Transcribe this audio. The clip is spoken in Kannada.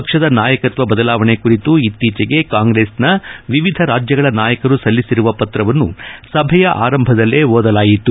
ಪಕ್ವದ ನಾಯಕತ್ವ ಬದಲಾವಣೆ ಕುರಿತು ಇತ್ತೀಚೆಗೆ ಕಾಂಗ್ರೆಸ್ನ ವಿವಿಧ ರಾಜ್ಯಗಳ ನಾಯಕರು ಸಲ್ಲಿಸಿರುವ ಪತ್ರವನ್ನು ಸಭೆಯ ಆರಂಭದಲ್ಲೇ ಓದಲಾಯಿತು